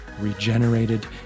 regenerated